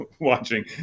watching